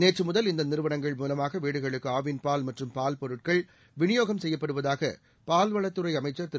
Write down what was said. நேற்று முதல் இந்த நிறுவனங்கள் மூலமாக வீடுகளுக்கு ஆவின் பால் மற்றும் பால் பொருட்கள் விநியோகம் செய்யப்படுவதாக பால்வளத்துறை அமைச்சர் திரு